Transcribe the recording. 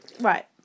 right